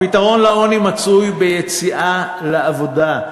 הפתרון לעוני מצוי ביציאה לעבודה,